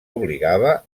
obligava